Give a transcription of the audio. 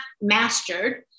mastered